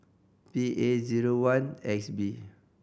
P A zero one X B